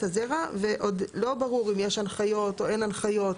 הזרע ועוד לא ברור אם יש הנחיות או אין הנחיות.